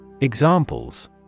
Examples